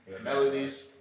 melodies